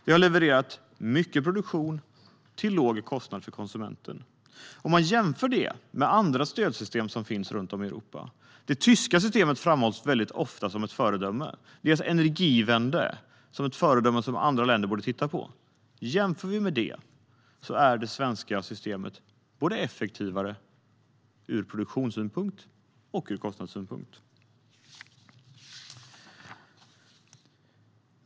Det har levererat mycket produktion till låg kostnad för konsumenten. Jämför detta med andra stödsystem i Europa. Det tyska systemet framhålls ofta som ett föredöme. Energiewende framhålls som ett föredöme som andra länder borde titta på. Jämfört med det systemet är det svenska systemet effektivare ur både produktions och kostnadssynpunkt.